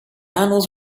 animals